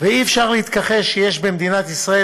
ואי-אפשר להתכחש יש במדינת ישראל